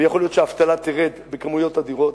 ויכול להיות שהאבטלה תרד בכמויות אדירות,